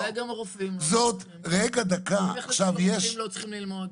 רגע דקה -- אז אולי גם הרופאים לא צריכים ללמוד?